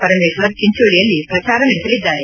ಪರಮೇಶ್ವರ್ ಚಿಂಚೋಳಿಯಲ್ಲಿ ಪ್ರಚಾರ ನಡೆಸಲಿದ್ದಾರೆ